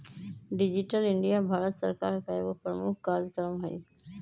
digital India Bharat सरकार का एगो प्रमुख काजक्रम हइ